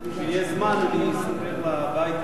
כשמחלקים ל-30 זה יוצא.